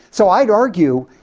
so i'd argue,